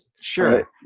Sure